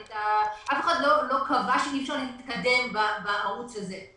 אף אחד לא קבע שאי אפשר להתקדם בערוץ הזה.